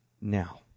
now